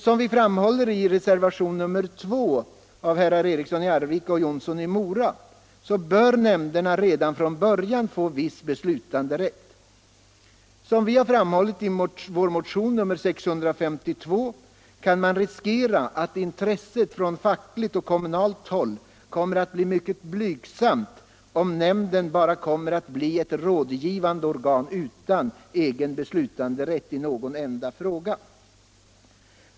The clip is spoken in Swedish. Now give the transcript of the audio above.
Som vi framhåller i reservationen 2 av herrar Eriksson i Arvika och Jonsson i Mora, bör nämnderna redan från början få viss beslutanderätt. Som vi framhållit i vår motion nr 652 kan man riskera att intresset från fackligt och kommunalt håll kommer att bli mycket blygsamt om nämnden bara blir ett rådgivande organ utan egen beslutanderätt i någon enda fråga.